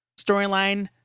storyline